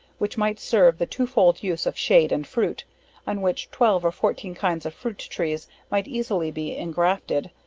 which might serve the two fold use of shade and fruit on which twelve or fourteen kinds of fruit trees might easily be engrafted,